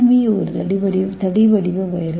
we ஒரு தடி வடிவ வைரஸ்